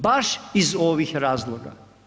Baš iz ovih razloga.